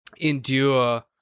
endure